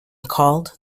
called